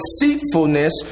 deceitfulness